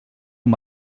amb